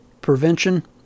prevention